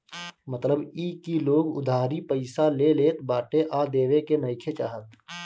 मतलब इ की लोग उधारी पईसा ले लेत बाटे आ देवे के नइखे चाहत